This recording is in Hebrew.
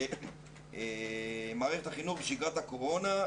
"מערכת החינוך בשגרת הקורונה,